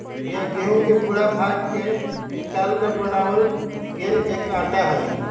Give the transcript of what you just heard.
यह गेहूं के भूरा भाग के निकालकर बनावल गैल एक आटा हई